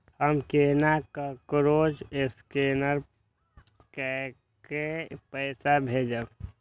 हम केना ककरो स्केने कैके पैसा भेजब?